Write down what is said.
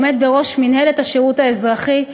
העומד בראש מינהלת השירות האזרחי.